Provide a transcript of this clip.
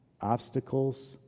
obstacles